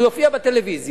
הוא יופיע בטלוויזיה